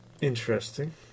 Interesting